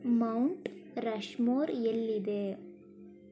Mount Rushmore ಎಲ್ಲಿದೆ